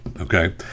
okay